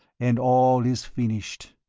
and all is finished.